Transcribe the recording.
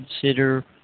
consider